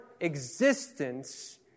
existence